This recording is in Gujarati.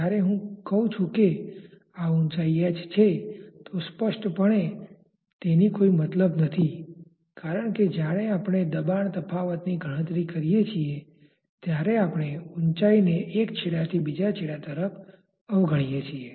જ્યારે હું કહું છું કે આ ઉંચાઈ h છે તો સ્પષ્ટપણે તેની કોઈ મતલબ નથી કારણ કે જ્યારે આપણે દબાણ તફાવતની ગણતરી કરીએ છીએ ત્યારે આપણે ઉંચાઈને એક છેડાથી બીજા છેડા તરફ અવગણીએ છીએ